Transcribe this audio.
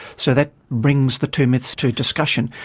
so that brings the two myths to discussion,